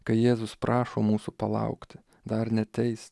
kai jėzus prašo mūsų palaukt dar neteis